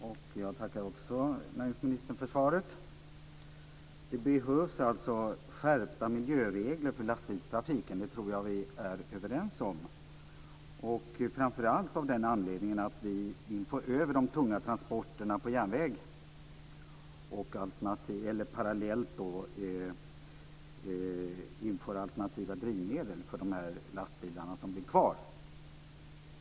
Fru talman! Jag tackar också näringsministern för svaret. Det behövs skärpta miljöregler för lastbilstrafiken. Det tror jag vi är överens om. Anledningen är framför allt att vi vill föra över de tunga transporterna till järnvägen parallellt med att vi vill införa alternativa drivmedel för de lastbilar som blir kvar.